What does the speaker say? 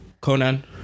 Conan